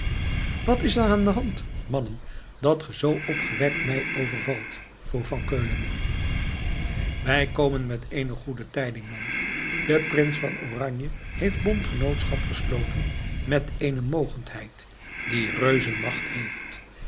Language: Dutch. wat is er aan de hand mannen dat ge zoo opgewekt mij overvalt vroeg van keulen wij komen met eene goede tijding man de prins van oranje heeft bondgenootschap gesloten met eene mogendheid die reuzenmacht heeft